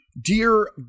Dear